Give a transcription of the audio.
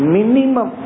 Minimum